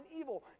evil